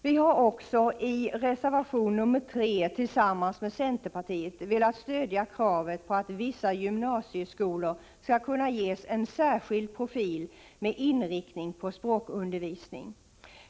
Vi har också i reservation nr 3 tillsammans med centerpartiet velat stödja ”kravet på att vissa gymnasieskolor skall kunna ges en särskild profil med inriktning på språkundervisning.